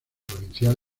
provincial